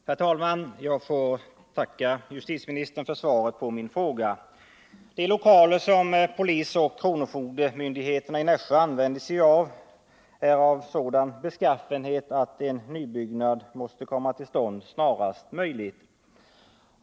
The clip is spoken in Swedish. Herr talman! Jag tackar justitieministern för svaret på min fråga. De lokaler som polisoch kronofogdemyndigheterna i Nässjö använder sig av är av sådan beskaffenhet att byggandet av en ny förvaltningsbyggnad måste sättas i gång snarast möjligt.